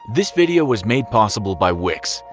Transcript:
this video was made possible by wix.